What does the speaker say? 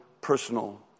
personal